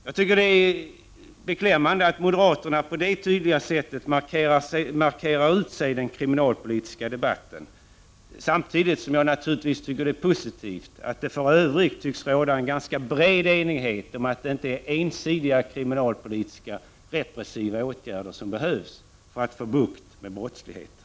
Jag tycker det är beklämmande att moderaterna på det tydliga sättet markerar ut sig i den kriminalpolitiska debatten — samtidigt som jag naturligtvis tycker det är positivt att det för övrigt tycks råda en ganska bred enighet om att det inte är ensidiga kriminalpolitiska, repressiva åtgärder som behövs för att få bukt med brottsligheten.